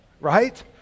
Right